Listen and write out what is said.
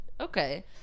okay